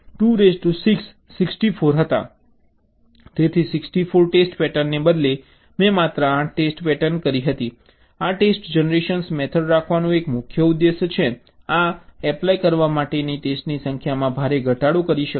તેથી 64 ટેસ્ટ પેટર્નને બદલે મેં માત્ર 8 ટેસ્ટ પેટર્ન કરી હતી આ ટેસ્ટ જનરેશન મેથડ રાખવાનો એક મુખ્ય ઉદ્દેશ્ય છે જ્યાં એપ્લાય કરવા માટેના ટેસ્ટની સંખ્યામાં ભારે ઘટાડો કરી શકાય છે